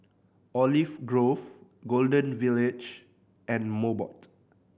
Olive Grove Golden Village and Mobot